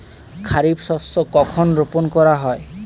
খারিফ শস্য কখন রোপন করা হয়?